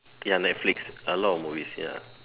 ya netflix a lot of movies ya